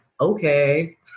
Okay